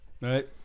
Right